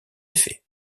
effet